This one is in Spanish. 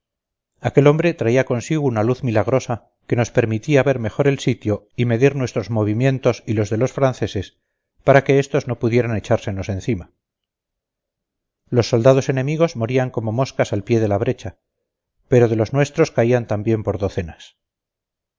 aquel hombre traía consigo una luz milagrosa que nos permitía ver mejor el sitio y medir nuestros movimientos y los de los franceses para que estos no pudieran echársenos encima los soldados enemigos morían como moscas al pie de la brecha pero de los nuestros caían también por docenas